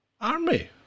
army